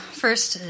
first